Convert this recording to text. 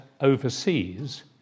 overseas